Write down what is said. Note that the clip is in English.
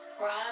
Rob